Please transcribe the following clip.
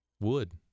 wood